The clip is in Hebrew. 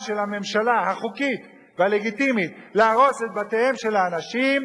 של הממשלה החוקית והלגיטימית להרוס את בתיהם של האנשים,